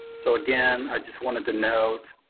so again, i just wanted to note,